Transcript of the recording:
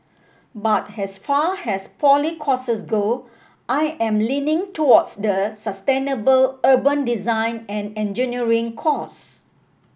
but as far as poly courses go I am leaning towards the sustainable urban design and engineering course